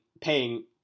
paying